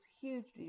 hugely